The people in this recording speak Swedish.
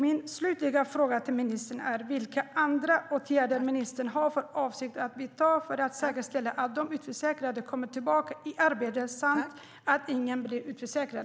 Min slutliga fråga till ministern är: Vilka andra åtgärder har ministern för avsikt att vidta för att säkerställa att de utförsäkrade kommer tillbaka i arbete samt att ingen blir utförsäkrad?